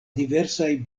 diversaj